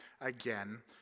again